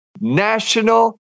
national